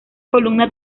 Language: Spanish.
columna